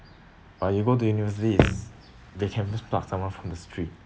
but you go to university is they can just pluck someone from the street